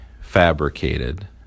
fabricated